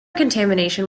contamination